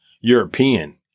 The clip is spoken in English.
European